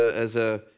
as a,